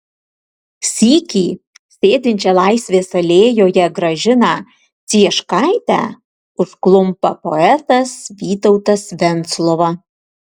sykį sėdinčią laisvės alėjoje gražiną cieškaitę užklumpa poetas vytautas venclova